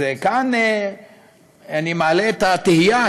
כאן אני מעלה את התהייה,